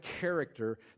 character